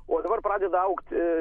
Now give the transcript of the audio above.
o dabar pradeda augt